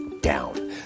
down